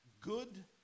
good